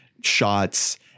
shots